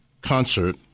concert